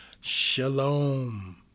Shalom